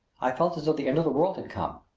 i felt as though the end of the world had come.